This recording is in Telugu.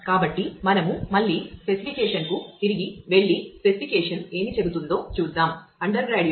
కాబట్టి మనము మళ్ళీ స్పెసిఫికేషన్కు చేసాము